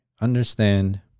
Understand